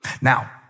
Now